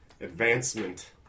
advancement